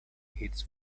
hits